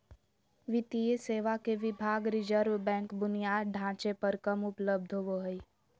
वित्तीय सेवा के विभाग रिज़र्व बैंक बुनियादी ढांचे पर कम उपलब्ध होबो हइ